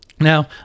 Now